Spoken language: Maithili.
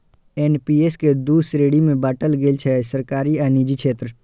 एन.पी.एस कें दू श्रेणी मे बांटल गेल छै, सरकारी आ निजी क्षेत्र